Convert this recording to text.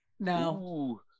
No